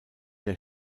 der